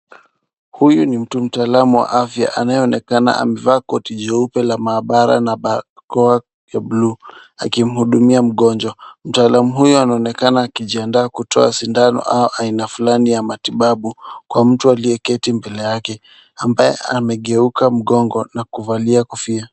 Huyu ni mtu mtaalamu wa afya anayeonekana amevaa koti jeupe la maabara na barakoa ya buluu akimhudumia mgonjwa. Mtaalamu huyu anaonekana akijiandaa kutoa sindano au aina fulani ya matibabu, kwa mtu aliyeketi mbele yake, ambaye amegeuka mgongo na kuvalia kofia.